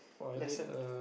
lesson